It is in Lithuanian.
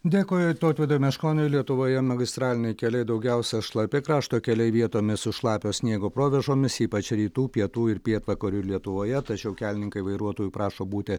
dėkoju tautvydui meškoniui lietuvoje magistraliniai keliai daugiausia šlapi krašto keliai vietomis su šlapio sniego provėžomis ypač rytų pietų ir pietvakarių lietuvoje tačiau kelininkai vairuotojų prašo būti